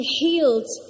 healed